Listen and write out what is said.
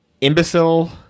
Imbecile